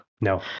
No